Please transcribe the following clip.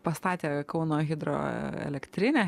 pastatė kauno hidroelektrinę